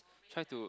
try to